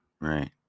right